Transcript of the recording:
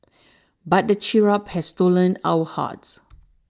but the cherub has stolen our hearts